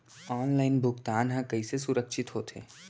Online भुगतान हा कइसे सुरक्षित होथे?